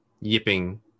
yipping